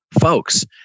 folks